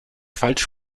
falsch